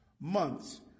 months